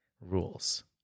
rules